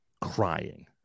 crying